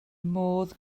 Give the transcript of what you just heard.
modd